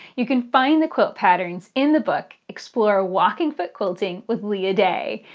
you can find the quilt patterns in the book explore walking foot quilting with leah day.